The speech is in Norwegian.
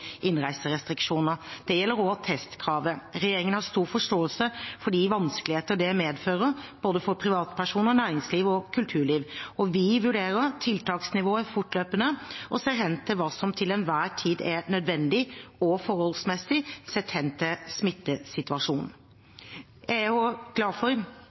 de vanskeligheter det medfører for både privatpersoner, næringslivet og kulturlivet. Vi vurderer tiltaksnivået fortløpende og ser hen til hva som til enhver tid er nødvendig og forholdsmessig med tanke på smittesituasjonen. Jeg er også glad for